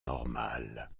normal